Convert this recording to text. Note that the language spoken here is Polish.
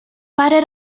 parę